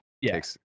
yes